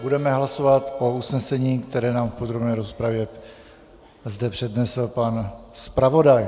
Budeme hlasovat o usnesení, které nám zde v podrobné rozpravě přednesl pan zpravodaj.